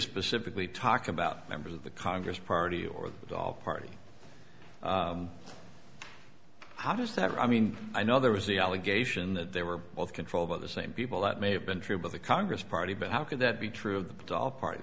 specifically talk about members of the congress party or the doll party how does that i mean i know there was the allegation that they were both controlled by the same people that may have been true by the congress party but how could that be true of all part